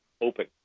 open